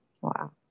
Wow